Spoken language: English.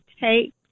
take